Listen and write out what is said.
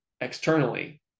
externally